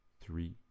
three